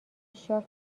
شاه